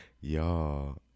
Y'all